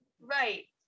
Right